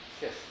Yes